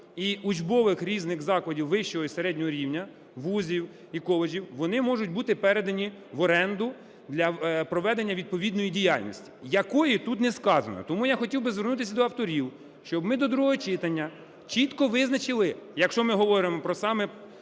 і учбових різних закладів вищого і середнього рівня, вузів і коледжів, вони можуть бути передані в оренду для проведення відповідної діяльності, якої тут не сказано. Тому я хотів би звернутися до авторів, щоб ми до другого читання чітко визначили, якщо ми говоримо саме